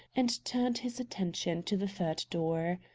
and turned his attention to the third door.